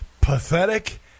pathetic